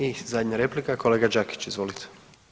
I zadnja replika kolega Đakić, izvolite.